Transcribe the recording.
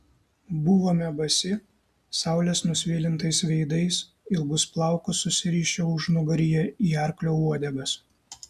buvome basi saulės nusvilintais veidais ilgus plaukus susirišę užnugaryje į arklio uodegas